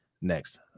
next